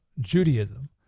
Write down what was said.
Judaism